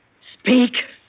Speak